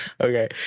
Okay